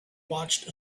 watched